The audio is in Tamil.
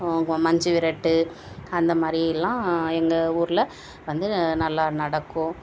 மஞ்சு விரட்டு அந்த மாதிரிலாம் எங்கள் ஊரில் வந்து நல்லா நடக்கும்